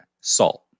Salt